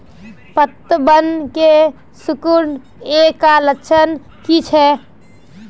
पतबन के सिकुड़ ऐ का लक्षण कीछै?